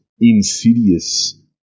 insidious